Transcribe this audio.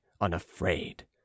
unafraid